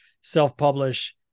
self-publish